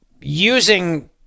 using